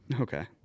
Okay